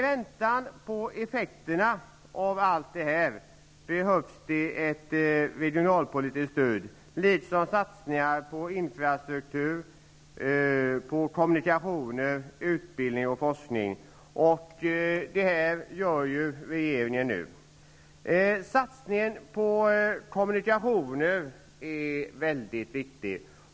I väntan på effekterna av nämnda åtgärder behövs det ett regionalpolitiskt stöd liksom satsningar på infrastruktur, kommunikationer, utbildning och forskning. Det är också vad regeringen nu arbetar med. Det är väldigt viktigt att vi satsar på kommunikationerna.